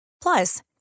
Plus